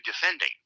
defending